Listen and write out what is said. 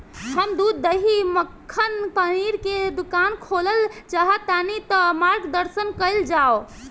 हम दूध दही मक्खन पनीर के दुकान खोलल चाहतानी ता मार्गदर्शन कइल जाव?